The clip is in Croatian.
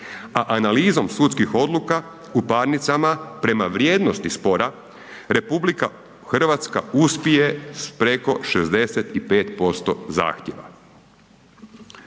a analizom sudskih odluka u parnicama prema vrijednosti spora RH uspje s preko 65% zahtjeva.